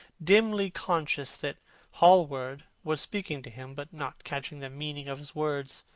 dimly conscious that hallward was speaking to him, but not catching the meaning of his words.